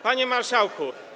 Panie Marszałku!